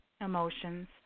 emotions